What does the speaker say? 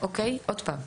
עוד פעם,